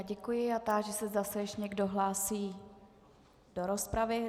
Děkuji a táži se, zda se ještě někdo hlásí do rozpravy.